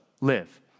live